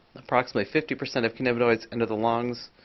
approximately fifty percent of cannabinoids enter the lungs.